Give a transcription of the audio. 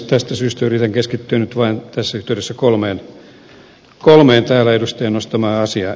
tästä syystä yritän keskittyä nyt tässä yhteydessä vain kolmeen täällä edustajan nostamaan asiaan